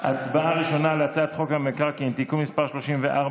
הצבעה ראשונה על הצעת חוק המקרקעין (תיקון מס' 34)